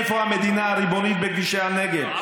איפה המדינה הריבונית בכבישי הנגב?